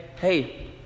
hey